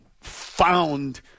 found